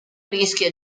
rischia